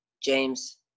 James